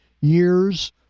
years